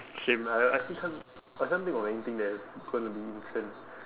same I I actually can't I can't think of anything that is going to be in trend